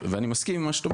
ואני מסכים עם מה שאת אומרת,